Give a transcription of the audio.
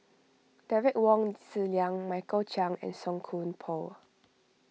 Derek Wong Zi Liang Michael Chiang and Song Koon Poh